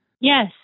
Yes